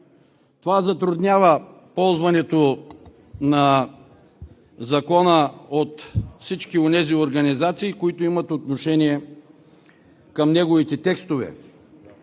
Това затруднява ползването на Закона от всички онези организации, които имат отношение към неговите текстове.